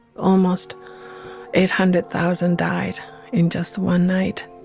almost eight hundred thousand died in just one night